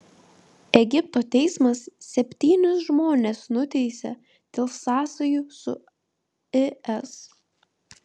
egipto teismas septynis žmones nuteisė dėl sąsajų su is